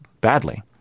badly